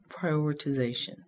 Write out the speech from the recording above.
prioritization